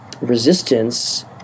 resistance